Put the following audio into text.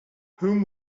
whom